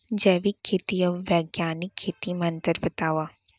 जैविक खेती अऊ बैग्यानिक खेती म अंतर बतावा?